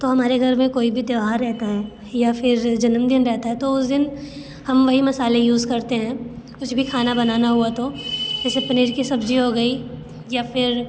तो हमारे घर में कोई भी त्यौहार रहता है या फिर जन्मदिन रहता है तो उस दिन हम वही मसाले यूज़ करते हैं कुछ भी खाना बनाना हुआ तो जैसे पनीर की सब्ज़ी हो गई या फिर